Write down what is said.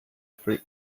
free